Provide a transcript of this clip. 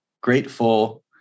grateful